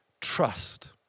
trust